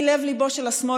מלב-ליבו של השמאל,